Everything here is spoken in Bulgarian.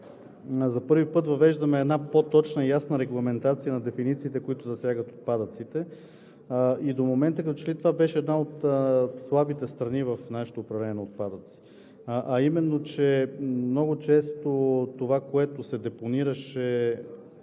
за първи път въвеждаме по-точна и ясна регламентация на дефинициите, които засягат отпадъците. До момента като че ли това беше една от слабите страни в нашето управление на отпадъците, а именно, че много често онова, което се депонираше